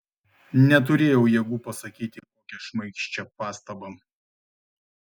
neturėjau jėgų pasakyti kokią šmaikščią pastabą